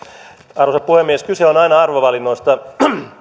arvoisa puhemies kyse on aina arvovalinnoista